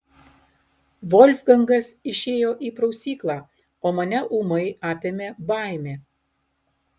volfgangas išėjo į prausyklą o mane ūmai apėmė baimė